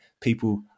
people